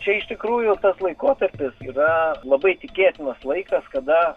čia iš tikrųjų tas laikotarpis yra labai tikėtinas laikas kada